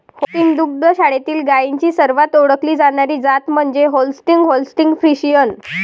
Holstein दुग्ध शाळेतील गायींची सर्वात ओळखली जाणारी जात म्हणजे होल्स्टीन होल्स्टीन फ्रिशियन